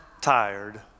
tired